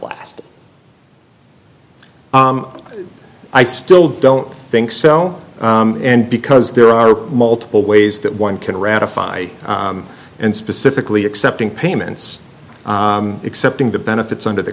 last i still don't think so and because there are multiple ways that one can ratify and specifically accepting payments accepting the benefits under the